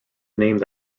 named